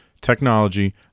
technology